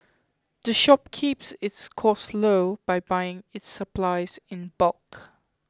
the shop keeps its costs low by buying its supplies in bulk